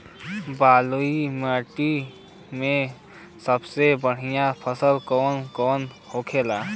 बलुई मिट्टी में सबसे बढ़ियां फसल कौन कौन होखेला?